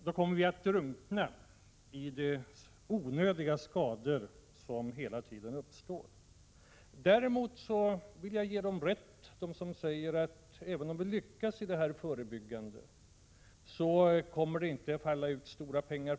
Då kommer vi att drunkna i de onödiga skador som hela tiden uppstår. Däremot vill jag ge dem rätt som säger att det, även om vi lyckas med den förebyggande verksamheten, inte för den skull kommer att falla ut stora pengar.